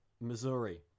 Missouri